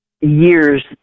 years